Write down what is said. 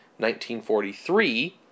1943